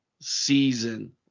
season